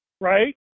Right